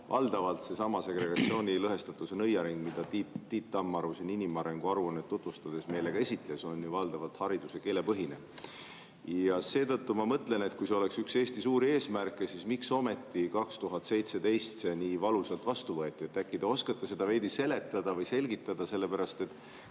Valdavalt segregatsiooni, lõhestatuse nõiaring, mida Tiit Tammaru siin inimarengu aruannet tutvustades meile ka esitles, on ju valdavalt hariduse‑ ja keelepõhine. Seetõttu ma mõtlen, et kui see oleks Eesti üks suuri eesmärke, siis miks ometi 2017 see nii valusalt vastu võeti. Äkki te oskate seda veidi seletada või selgitada? Keskerakonna